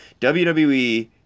WWE